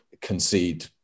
concede